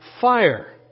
fire